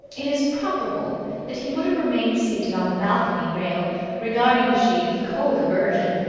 it is probable that he would have remained seated on the balcony rail regarding the sheet with cold aversion,